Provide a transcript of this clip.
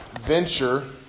venture